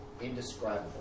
indescribable